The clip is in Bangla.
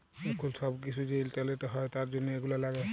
এখুল সব কিসু যে ইন্টারলেটে হ্যয় তার জনহ এগুলা লাগে